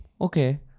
okay